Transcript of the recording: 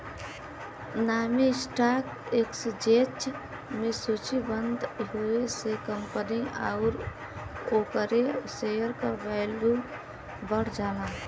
नामी stock exchange में सूचीबद्ध होये से कंपनी आउर ओकरे शेयर क वैल्यू बढ़ जाला